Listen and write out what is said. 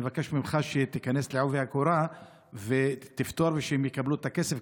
נבקש ממך שתיכנס בעובי הקורה ותפתור ושהם יקבלו את הכסף,